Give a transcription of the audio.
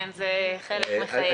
זה חלק מחיינו כאן.